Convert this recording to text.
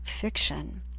fiction